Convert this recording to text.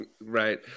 Right